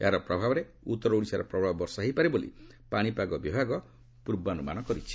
ଏହାର ପ୍ରଭାବରେ ଉତ୍ତର ଓଡ଼ିଶାର ପ୍ରବଳ ବର୍ଷା ହୋଇପାରେ ବୋଲି ପାଣିପାଗ ବିଭାଗ ପୂର୍ବାନୁମାନ କରିଛି